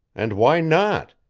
and why not?